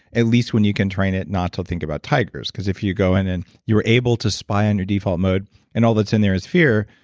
at least when you can train it not to think about tigers. because if you go in and you're able to spy on your default mode and all that's in there is fear,